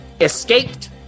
escaped